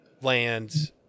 land